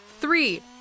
three